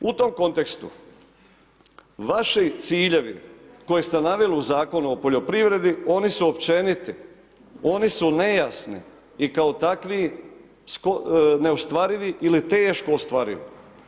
U tom kontekstu vaši ciljevi koje ste naveli u Zakonu o poljoprivredi, oni su općeniti, oni su nejasni i kao takvi neostvarivi ili teško ostvarivi.